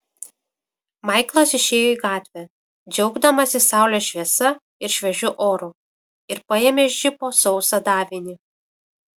maiklas išėjo į gatvę džiaugdamasis saulės šviesa ir šviežiu oru ir paėmė iš džipo sausą davinį